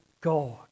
God